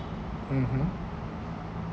mmhmm